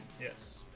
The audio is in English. yes